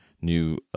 new